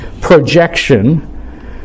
projection